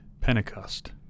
Pentecost